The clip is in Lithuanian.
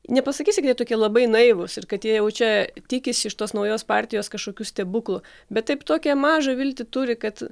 nepasakysi kad jie tokie labai naivūs ir kad jie jau čia tikisi iš tos naujos partijos kažkokių stebuklų bet taip tokią mažą viltį turi kad